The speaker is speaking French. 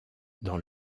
dans